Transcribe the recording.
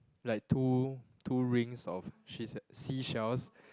like two two rings of seas~ seashells